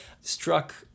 struck